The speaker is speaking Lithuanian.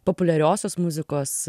populiariosios muzikos